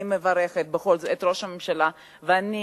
אני מברכת את ראש הממשלה ואני